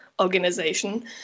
organization